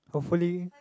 hopefully